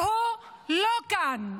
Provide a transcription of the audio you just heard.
והוא לא כאן.